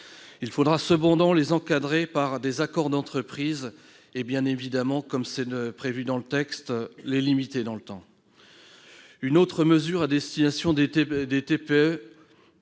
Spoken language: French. Il faudra cependant les encadrer par des accords d'entreprise et, bien évidemment, comme c'est prévu dans le texte, les limiter dans le temps. Autre mesure à destination des TPE,